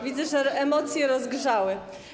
Widzę, że emocje rozgrzały.